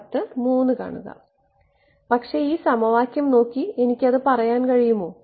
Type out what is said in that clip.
പക്ഷേ ഈ സമവാക്യം നോക്കി എനിക്ക് അത് പറയാൻ കഴിയുമോ